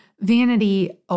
Vanity